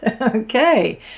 Okay